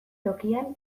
tokian